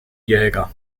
jäger